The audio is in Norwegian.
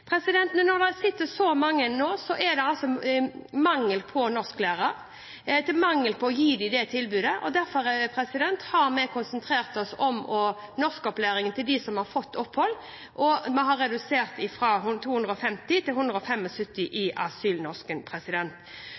når det sitter så mange som nå, er det mangel på norsklærere for å gi dem det tilbudet. Derfor har vi konsentrert oss om norskopplæringen til de som har fått opphold. Vi har redusert asylnorsken fra 250 timer til